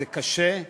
זה קשה,